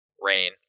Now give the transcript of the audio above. Rain